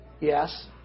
Yes